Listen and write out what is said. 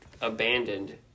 abandoned